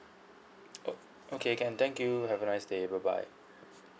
oh okay can thank you have a nice day bye bye